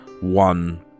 one